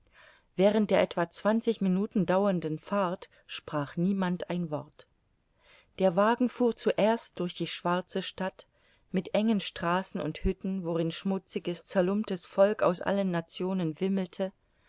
während der etwa zwanzig minuten dauernden fahrt sprach niemand ein wort der wagen fuhr zuerst durch die schwarze stadt mit engen straßen und hütten worin schmutziges zerlumptes volk aus allen nationen wimmelte